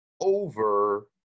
over